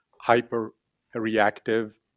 hyper-reactive